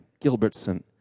Gilbertson